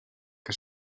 que